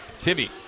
Timmy